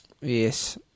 Yes